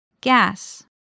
Gas